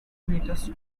meters